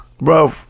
Bro